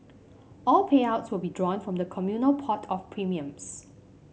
all payouts will be drawn from the communal pot of premiums